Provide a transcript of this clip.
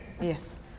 Yes